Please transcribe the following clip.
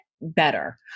better